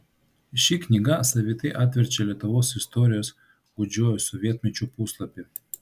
ši knyga savitai atverčia lietuvos istorijos gūdžiuoju sovietmečiu puslapį